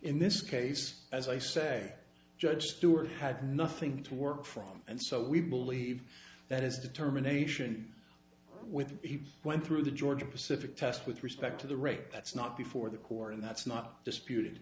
in this case as i say judge stuart had nothing to work from and so we believe that is determination with he went through the georgia pacific test with respect to the rape that's not before the court and that's not disputed